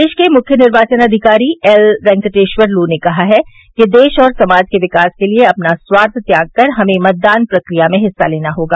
प्रदेश के मुख्य निर्वाचन अधिकारी एल बेंकटेश्वर लू ने कहा है कि देश और समाज के विकास के लिये अपना स्वार्थ त्याग कर हमें मतदान प्रक्रिया में हिस्सा लेना होगा